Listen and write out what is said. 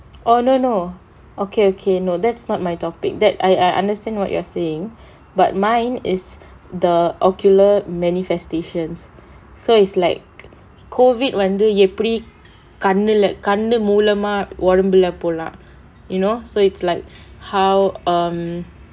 oh no no okay okay no that's not my topic that I I understand what you're saying but mine is the ocular manifestations so is like COVID வந்து எப்படி கண்ணுல கண்ணு மூலமா ஒடம்புல போலாம்:vanthu eppadi kannula kannu moolamaa odampula polaam you know so it's like how um